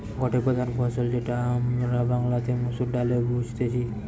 গটে প্রধান ফসল যেটা আমরা বাংলাতে মসুর ডালে বুঝতেছি